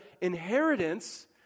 inheritance